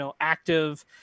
active